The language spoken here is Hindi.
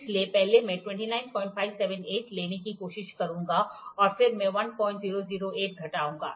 इसलिए पहले मैं 29578 लेने की कोशिश करूंगा और फिर मैं 1008 घटाऊंगा